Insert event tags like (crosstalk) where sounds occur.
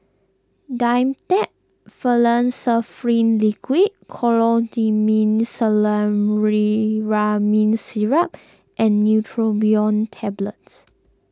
Dimetapp (unintelligible) Liquid (unintelligible) Syrup and Neurobion Tablets